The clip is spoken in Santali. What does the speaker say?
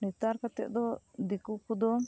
ᱱᱮᱛᱟᱨ ᱠᱟᱛᱮᱫ ᱫᱚ ᱫᱮᱹᱠᱳ ᱠᱚᱫᱚ